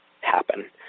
happen